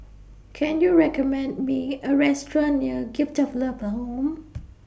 Can YOU recommend Me A Restaurant near Gift of Love Home